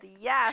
Yes